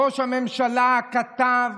ראש הממשלה כתב,